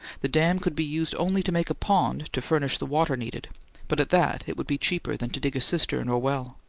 the dam could be used only to make a pond to furnish the water needed but at that it would be cheaper than to dig a cistern or well.